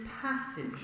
passage